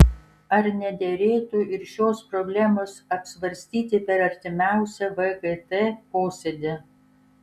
ar nederėtų ir šios problemos apsvarstyti per artimiausią vgt posėdį